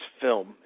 film